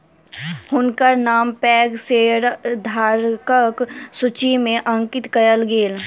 हुनकर नाम पैघ शेयरधारकक सूचि में अंकित कयल गेल